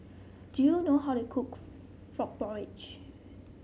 do you know how to cook Frog Porridge